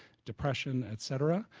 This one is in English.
depression, et cetera,